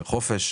לחופש,